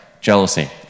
jealousy